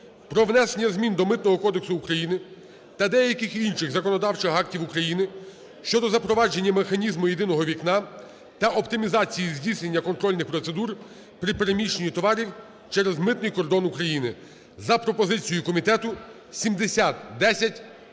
про внесення змін до Митного кодексу України та деяких інших законодавчих актів України щодо запровадження механізму "єдиного вікна" та оптимізації здійснення контрольних процедур при переміщенні товарів через митний кордон України за пропозицією комітету (7010)